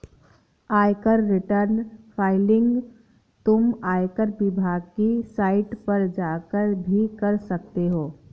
आयकर return filing तुम आयकर विभाग की साइट पर जाकर भी कर सकते हो